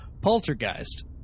poltergeist